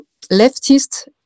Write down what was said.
leftist